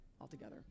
altogether